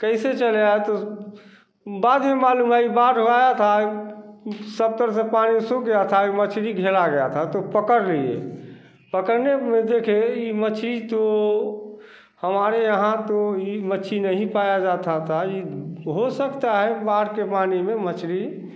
कैसे चले आया तो बाद में मालूम आई बाढ़ लाया था सब तरह से पानी सूख गया था यह मछली घेरा गया था तो पकड़ लिए पकड़ने में देखे यह मछली तो हमारे यहाँ तो यह मच्छी नहीं पाई जाती थी यह हो सकता है बाढ़ के पानी में मछली